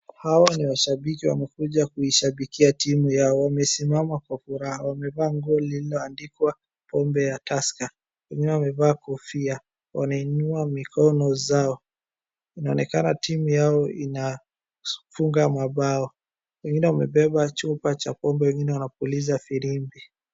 Hawa ni washabiki wamekuja kushabikia timu yao wamesimama kwa furaha wamevaa nguo lilio andikwa pombe la Tusker. Wengine wamevaa kofia wanainua mikono zao inaonekana timu zao zinafunga mabao. Wengine wamebeba chupa cha pombe wengine wanapuliza firimbi.